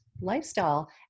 lifestyle